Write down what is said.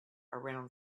around